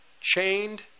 chained